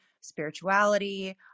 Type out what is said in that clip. spirituality